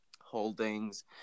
holdings